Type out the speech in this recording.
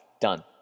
done